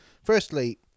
Firstly